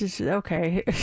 okay